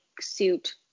suit